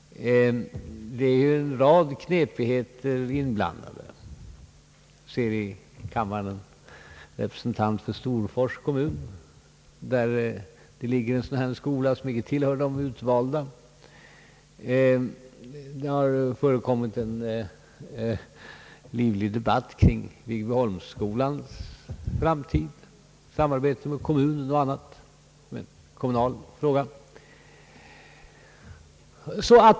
Det finns ju en rad knepigheter inblandade i detta. Jag ser i kammaren en representant för Storfors kommun, där det ligger en sådan här skola som inte tillhör de utvalda. Vidare har det förekommit livlig debatt kring Viggbyholmsskolans framtid, bl.a. beträffande samarbetet med kommunen.